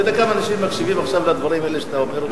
אתה יודע כמה אנשים מקשיבים עכשיו לדברים האלה שאתה אומר?